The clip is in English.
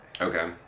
Okay